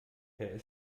per